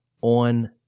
on